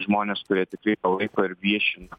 žmonės kurie tikrai palaiko ir viešina